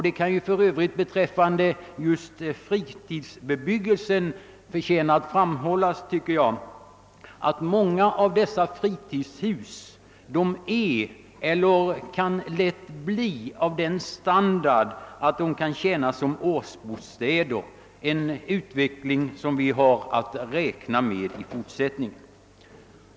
Det kan för övrigt beträffande just fritidsbebyggelsen förtjäna att framhållas, att många av dessa fritidshus är eller lätt kan bli av den standard att de kan tjäna som årsbostäder, Detta är en utveckling som vi måste räkna med i fortsättningen.